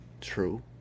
True